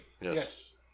Yes